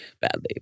badly